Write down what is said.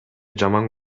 жаман